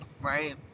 right